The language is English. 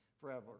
Forever